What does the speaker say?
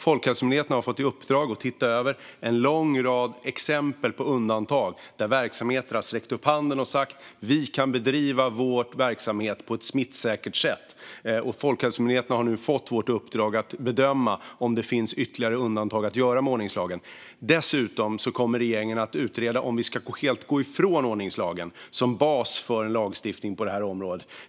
Folkhälsomyndigheten har fått i uppdrag att titta över en lång rad exempel på undantag för verksamheter där man har sträckt upp handen och sagt att man kan bedriva verksamheten på ett smittsäkert sätt. Folkhälsomyndigheten har nu fått vårt uppdrag att bedöma om det finns ytterligare undantag att göra från ordningslagen. Dessutom kommer regeringen att utreda om vi helt ska gå ifrån ordningslagen som bas för en lagstiftning på detta område.